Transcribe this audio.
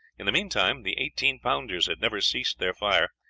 in the meantime the eighteen pounders had never ceased their fire,